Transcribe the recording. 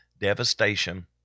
devastation